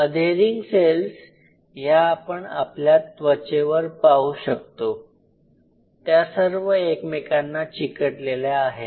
adhering cells या आपण आपल्या त्वचेवर पाहू शकतो त्या सर्व एकमेकांना चिकटलेल्या आहेत